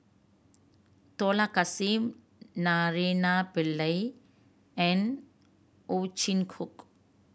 Dollah Kassim Naraina Pillai and Ow Chin Hock